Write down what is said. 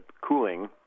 cooling